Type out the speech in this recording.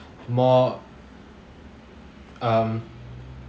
more um